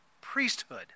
priesthood